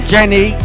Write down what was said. Jenny